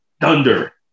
thunder